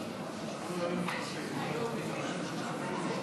בהווה ובעבר, נכדיו של זאב ז'בוטינסקי,